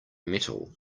metal